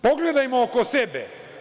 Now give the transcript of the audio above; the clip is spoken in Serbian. Pogledajmo oko sebe.